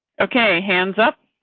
okay, hands up.